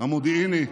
המודיעיני,